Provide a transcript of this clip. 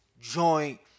joint